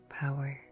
power